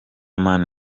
mani